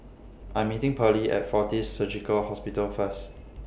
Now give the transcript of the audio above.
I'm meeting Pearle At Fortis Surgical Hospital First